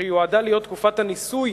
שיועדה להיות תקופת הניסוי